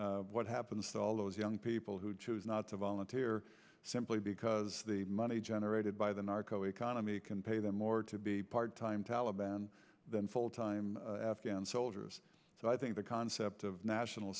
force what happens to all those young people who choose not to volunteer simply because the money generated by the narco economy can pay them more to be part time taliban than full time afghan soldiers so i think the concept of national